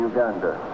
Uganda